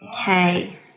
okay